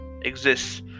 exists